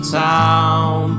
town